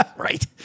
Right